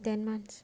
ten months